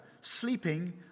sleeping